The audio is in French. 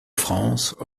france